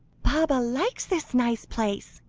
baba likes this nice place,